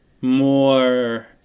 more